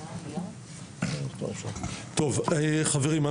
חברים,